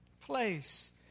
place